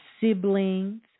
siblings